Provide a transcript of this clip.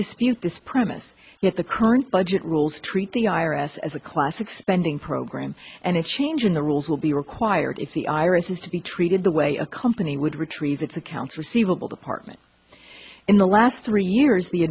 dispute this premise if the current budget rules treat the iris as a classic spending program and if changing the rules will be required if the iris is to be treated the way a company would retrieve its accounts receivable department in the last three years the